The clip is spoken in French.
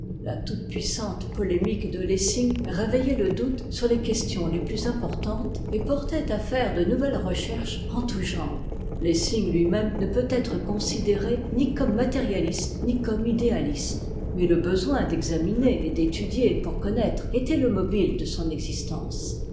la toute-puissante polémique de lessing réveillait le doute sur les questions tes plus importantes et portait à faire de nouvelles recherches en tout genre lessing lui-même ne peut être considéré ni comme matérialiste ni comme idéaliste mais le besoin d'examiner et d'étudier pour connaître était le mobite de son existence